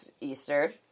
Easter